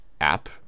app